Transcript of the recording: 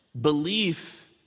belief